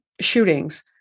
shootings